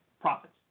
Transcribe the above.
profits